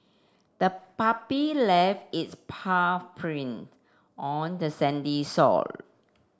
the puppy left its paw print on the sandy shore